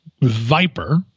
Viper